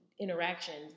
interactions